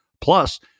plus